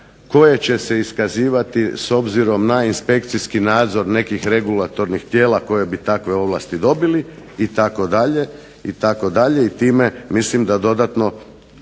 koje će se iskazivati s obzirom na inspekcijski nadzor nekih regulatornih tijela koje bi takve ovlasti dobili itd., itd. I time mislim da dodatno